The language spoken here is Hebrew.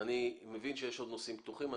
ואני מבין שיש עוד נושאים פתוחים.